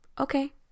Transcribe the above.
okay